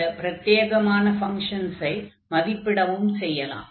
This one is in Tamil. இந்த பிரத்யேகமான ஃபங்ஷன்களை மதிப்பிடவும் செய்யலாம்